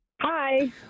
Hi